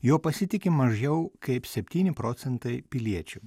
juo pasitiki mažiau kaip septyni procentai piliečių